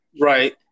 Right